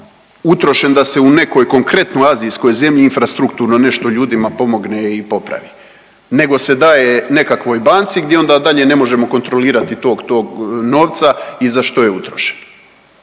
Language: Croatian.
utrošen da se u nekoj konkretnoj azijskoj zemlji infrastrukturno ljudima nešto pomogne i popravi nego se daje nekakvoj banci gdje onda dalje ne možemo kontrolirati tok tog novca i za što je utrošen.